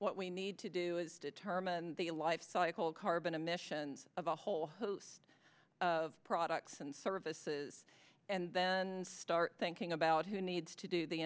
what we need to do is determine the lifecycle carbon emissions of a whole host of products and services and start thinking about who needs to do the